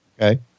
Okay